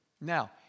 Now